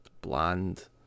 bland